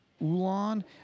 Ulan